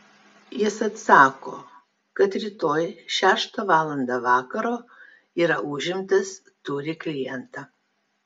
jis atsako kad rytoj šeštą valandą vakaro yra užimtas turi klientą